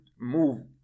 move